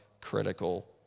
critical